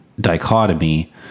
dichotomy